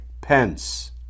Pence